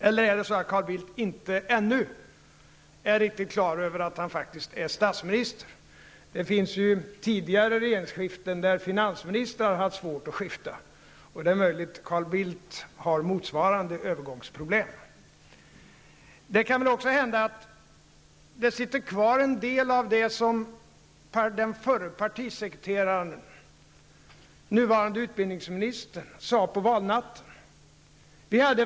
Eller är det så att Carl Bildt inte ännu är riktigt på det klara med att han faktiskt är statsminister? Vid tidigare regeringsskiften har ju finansministrar haft svårt att skifta, och det är möjligt att Carl Bildt har liknande övergångsproblem. Det kan väl också hända att det sitter kvar en del av det som den förre partisekreteraren, den nuvarande utbildningsministern, sade på valnatten.